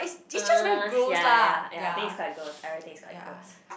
uh yea yea yea I think is quite gross everything is quite gross